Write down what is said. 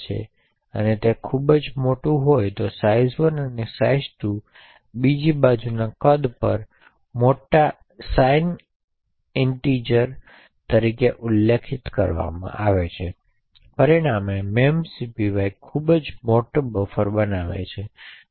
કેમ કે તે ખૂબ મોટી કિંમત હોઈ શકે છે size1 અને size2 બીજી બાજુ કદ પર મોટા સાઇન ઇન પૂર્ણાંકો તરીકે ઉલ્લેખિત આમાં શું થશે પરિણામે memcpy મૂલ્ય ખૂબ મોટી બફર હોઈ શકે છે